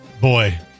boy